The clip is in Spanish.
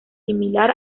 similar